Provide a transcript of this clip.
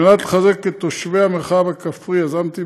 כדי לחזק את תושבי המרחב הכפרי יזמתי